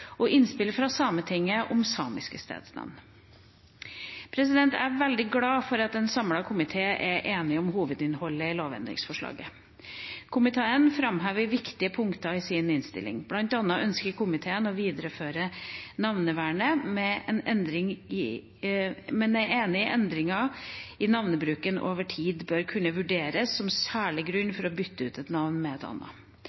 og innspill fra Sametinget om samiske stedsnavn. Jeg er veldig glad for at en samlet komité er enig i hovedinnholdet i lovendringsforslaget. Komiteen framhever viktige punkter i sin innstilling. Blant annet ønsker komiteen å videreføre navnevernet, men er enig i at endringer i navnebruken over tid bør kunne vurderes som særlig grunn